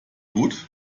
gut